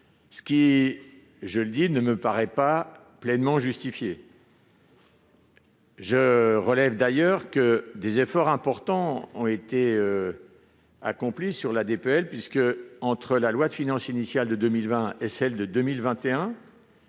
ce qui ne me paraît pas pleinement justifié. Je relève d'ailleurs que des efforts importants ont été accomplis sur la DPEL, puisque, entre la loi de finances initiale de 2020 et celle de 2021,